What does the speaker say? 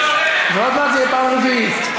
ועוד מעט זו תהיה פעם רביעית.